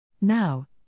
Now